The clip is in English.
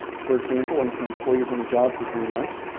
for example, and if an employee's on a job for three months,